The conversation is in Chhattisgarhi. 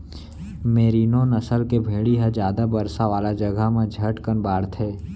मेरिनों नसल के भेड़ी ह जादा बरसा वाला जघा म झटकन बाढ़थे